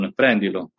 prendilo